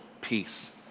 peace